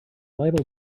liable